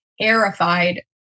terrified